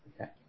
Okay